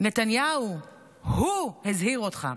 נתניהו, הוא הזהיר אותך.